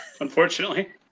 Unfortunately